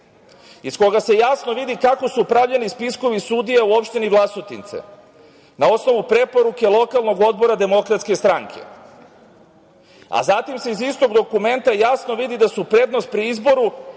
iz koga se jasno vidi kako su pravljeni spiskovi sudija u opštini Vlasotince, na osnovu preporuke lokalnog odbora DS. Zatim se iz istog dokumenta jasno vidi da su prednost pri izboru